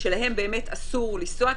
שאליהן באמת אסור לנסוע,